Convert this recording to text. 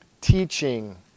teaching